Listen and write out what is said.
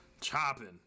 chopping